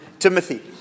Timothy